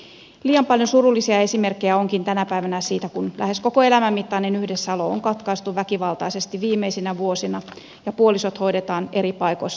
liian paljon surullisia esimerkkejä onkin tänä päivänä siitä kun lähes koko elämän mittainen yhdessäolo on katkaistu väkivaltaisesti viimeisinä vuosina ja puolisot hoidetaan eri paikoissa